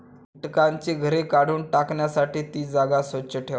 कीटकांची घरे काढून टाकण्यासाठी ती जागा स्वच्छ ठेवा